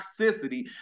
toxicity